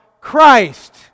Christ